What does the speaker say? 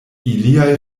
iliaj